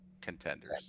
contenders